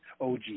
OG